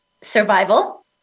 survival